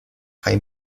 kaj